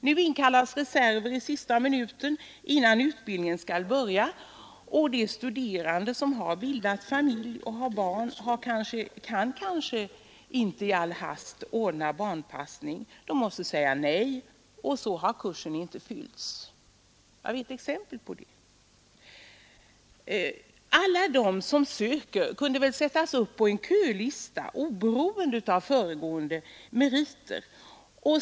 Nu inkallas reserver i sista minuten innan utbildningen skall börja, och de studerande som har bildat familj och har barn kan kanske inte i all hast ordna barnpassning. De måste därför säga nej, och så har kursen inte fyllts. Jag vet exempel på detta. Alla de som söker kunde väl sättas upp på en kölista, oberoende av föregående meriter.